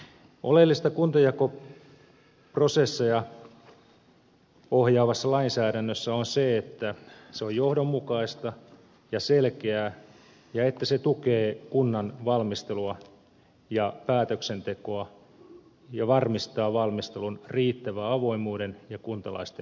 oleellista kuntajakoprosesseja ohjaavassa lainsäädännössä on se että se on johdonmukaista ja selkeää ja että se tukee kunnan valmistelua ja päätöksentekoa ja varmistaa valmistelun riittävän avoimuuden ja kuntalaisten osallistumisen